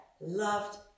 loved